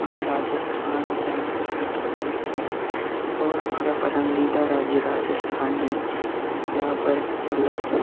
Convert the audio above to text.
हम राजस्थान जाना पसंद करते है और हमारा पसंदीदा राज्य राजस्थान है जहाँ पर मतलब